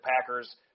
Packers